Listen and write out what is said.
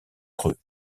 creux